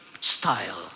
style